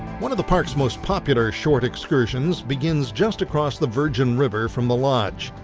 one of the parks most popular short excursions begins just across the virgin river from the lodge.